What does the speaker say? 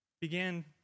began